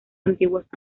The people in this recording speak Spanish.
antiguos